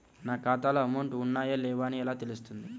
నా ఖాతాలో అమౌంట్ ఉన్నాయా లేవా అని ఎలా తెలుస్తుంది?